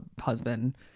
husband